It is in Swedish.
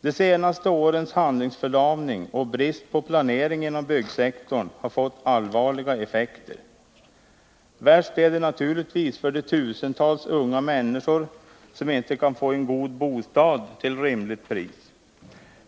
De senaste årens handlingsförlamning och brist på planering inom byggsektorn har fått allvarliga effekter. Värst är det naturligtvis för de tusentals unga människor som inte kan få en god bostad till rimligt pris.